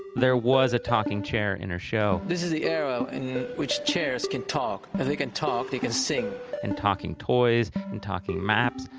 there was a talking chair in her show this is the era in which chairs can talk. they can talk, they can sing and talking toys. and talkin maps.